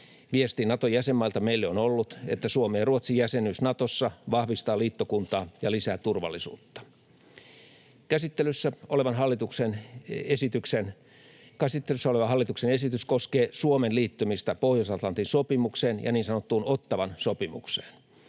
Viesti Naton jäsenmailta meille on ollut, että Suomen ja Ruotsin jäsenyys Natossa vahvistaa liittokuntaa ja lisää turvallisuutta. Käsittelyssä oleva hallituksen esitys koskee Suomen liittymistä Pohjois-Atlantin sopimukseen ja niin sanottuun Ottawan sopimukseen.